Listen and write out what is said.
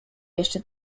jeszcze